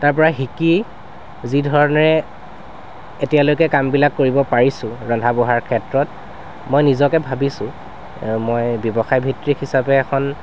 তাৰপৰা শিকি যি ধৰণেৰে এতিয়ালৈকে কামবিলাক কৰিব পাৰিছো ৰন্ধা বঢ়াৰ ক্ষেত্ৰত মই নিজকে ভাবিছো মই ব্যৱসায় ভিত্তিক হিচাপে এখন